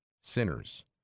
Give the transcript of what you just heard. sinners